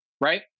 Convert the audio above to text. right